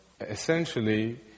Essentially